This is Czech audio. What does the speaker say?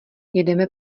jedeme